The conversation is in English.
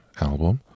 album